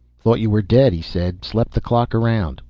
thought you were dead, he said. slept the clock around.